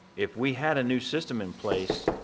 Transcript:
if we had a new system in place,